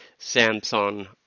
Samsung